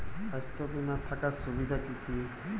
স্বাস্থ্য বিমা থাকার সুবিধা কী কী?